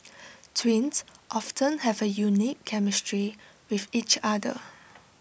twins often have A unique chemistry with each other